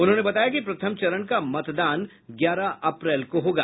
उन्होंने बताया कि प्रथम चरण का मतदान ग्यारह अप्रैल को होगा